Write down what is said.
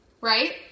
Right